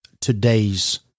today's